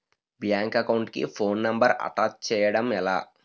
Bank account కి phone number attach చేయడం ఎలా?